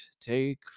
take